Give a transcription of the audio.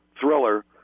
thriller